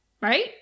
right